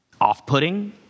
off-putting